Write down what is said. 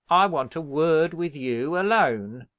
i want a word with you alone.